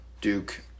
Duke